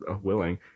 willing